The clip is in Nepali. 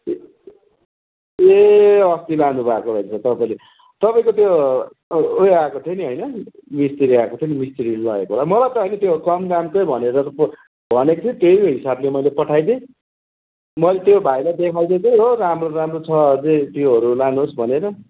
ए ए अस्ति लानुभएको रहेछ तपाईँले तपाईँको त्यो उयो आएको थियो नि होइन मिस्त्री आएको थियो नि मिस्त्रीले लगेको होला मलाई त होइन त्यो कम दामकै भनेर भनेको थियो त्यही हिसाबले मैले पठाइदिएँ मैले त्यो भाइलाई देखाइदिएकै हो राम्रो राम्रो छ अझै त्योहरू लानुहोस् भनेर